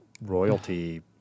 royalty